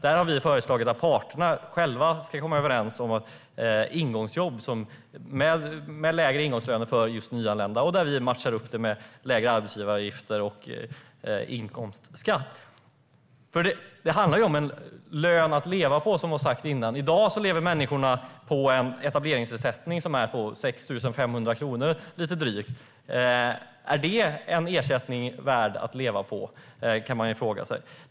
Vi har föreslagit att parterna själva ska komma överens om ingångsjobb med lägre ingångslöner för just nyanlända. Vi matchar upp detta med lägre arbetsgivaravgifter och lägre inkomstskatt. Det handlar om att man ska ha en lön att leva på. I dag lever människor på en etableringsersättning som är på drygt 6 500 kronor. Är det en ersättning värd att leva på? kan man fråga sig.